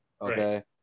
Okay